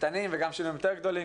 קטנים וגם שינויים יותר גדולים,